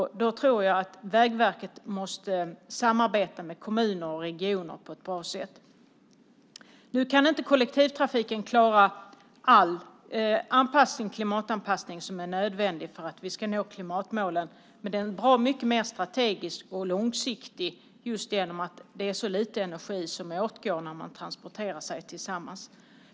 Då tror jag att Vägverket måste samarbeta med kommuner och regioner på ett bra sätt. Nu kan inte kollektivtrafiken klara all klimatanpassning som är nödvändig för att vi ska nå klimatmålen, men den är bra mycket mer strategisk och långsiktig just genom att det är så lite energi som går åt när man transporterar sig tillsammans.